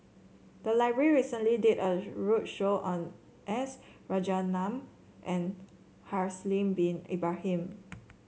the library recently did a roadshow on S Rajaratnam and Haslir Bin Ibrahim